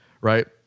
right